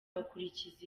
bakurikiza